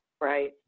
Right